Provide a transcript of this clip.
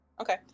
Okay